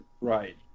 Right